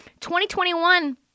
2021